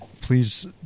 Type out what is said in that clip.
please